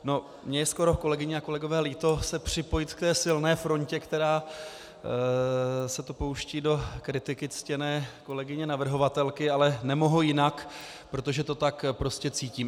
Mně je skoro, kolegyně a kolegové, líto se připojit k té silné frontě, která se tu pouští do kritiky ctěné kolegyně navrhovatelky, ale nemohu jinak, protože to tak cítím.